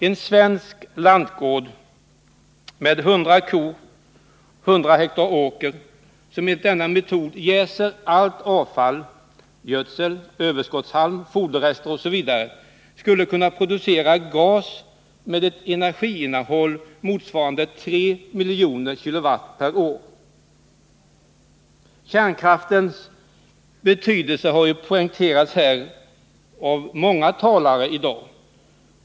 En svensk lantgård med 100 kor och 100 ha åker, som enligt denna metod jäser allt avfall och gödsel, överskottshalm, foderrester osv., skulle kunna producera gas med ett energiinnehåll motsvarande 3 miljoner kWh per år. Kärnkraftens betydelse har ju poängterats här av många talare i dag.